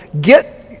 Get